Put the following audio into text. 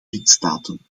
lidstaten